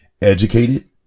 educated